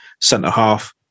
centre-half